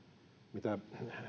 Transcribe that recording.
mitä